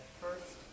first